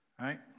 right